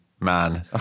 man